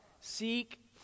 seek